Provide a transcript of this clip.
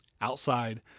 outside